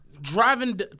driving